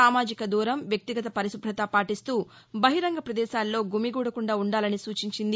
సామాజిక దూరం వ్యక్తిగత పరిశుభ్రత పాటిస్తూ బహిరంగ ప్రదేశాల్లో గుమికూడకుండా ఉండాలని సూచించింది